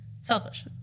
Selfish